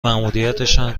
ماموریتشان